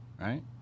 right